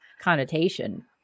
connotation